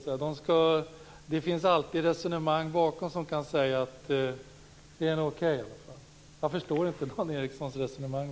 Finns det alltid resonemang bakom som kan säga att de är okej? Jag förstår inte Dan Ericssons resonemang.